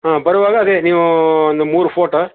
ಹಾಂ ಬರುವಾಗ ಅದೆ ನೀವು ಒಂದು ಮೂರು ಫೋಟೋ